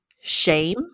shame